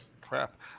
crap